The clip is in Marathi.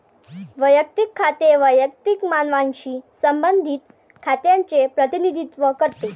वैयक्तिक खाते वैयक्तिक मानवांशी संबंधित खात्यांचे प्रतिनिधित्व करते